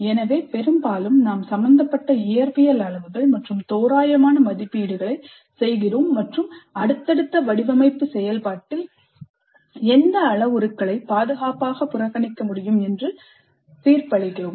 எனவே பெரும்பாலும் நாம் சம்பந்தப்பட்ட இயற்பியல் அளவுகள் பற்றிய தோராயமான மதிப்பீடுகளைச் செய்கிறோம் மற்றும் அடுத்தடுத்த வடிவமைப்பு செயல்பாட்டில் எந்த அளவுருக்களைப் பாதுகாப்பாக புறக்கணிக்க முடியும் என்று தீர்ப்பளிக்கிறோம்